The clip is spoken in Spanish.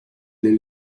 les